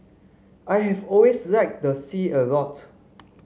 I have always liked the sea a lot